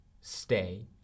stay